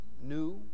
new